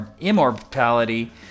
immortality